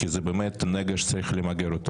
כי זה באמת נגף שצריך למגר.